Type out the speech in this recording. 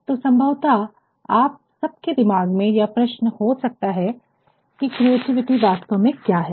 तो संभवत आप सबके दिमाग में यह प्रश्न हो सकता है कि क्रिएटिविटी वास्तव में क्या है